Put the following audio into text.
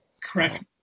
Correct